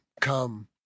come